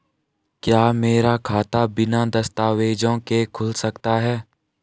क्या मेरा खाता बिना दस्तावेज़ों के खुल सकता है?